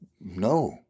No